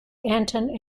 anton